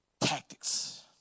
tactics